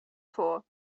for